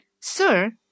Sir